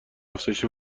افزایش